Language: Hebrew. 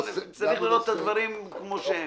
צריך לראות את הדברים כמות שהם.